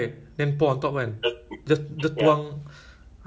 ah capsicum sedap I like I like the capsicum